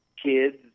Kids